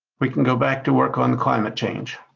we can go back to work on the climate change.